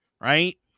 Right